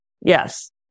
yes